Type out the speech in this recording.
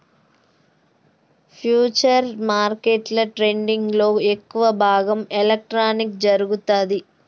futures మార్కెట్ల ట్రేడింగ్లో ఎక్కువ భాగం ఎలక్ట్రానిక్గా జరుగుతాంది